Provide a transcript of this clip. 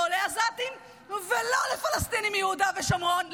לא לעזתים ולא לפלסטינים מיהודה ושומרון.